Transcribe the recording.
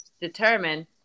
determine